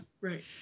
right